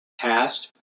past